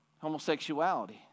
homosexuality